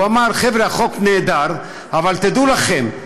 הוא אמר: חבר'ה, החוק נהדר, אבל תדעו לכם,